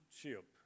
ship